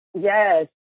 Yes